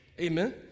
Amen